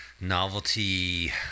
novelty